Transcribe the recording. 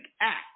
act